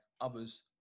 others